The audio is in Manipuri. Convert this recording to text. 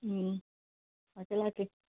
ꯎꯝ ꯂꯥꯛꯀꯦ ꯂꯥꯛꯀꯦ